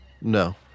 No